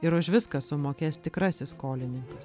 ir už viską sumokės tikrasis skolininkas